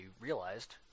realized